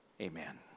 Amen